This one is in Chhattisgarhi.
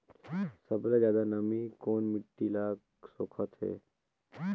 सबले ज्यादा नमी कोन मिट्टी ल सोखत हे?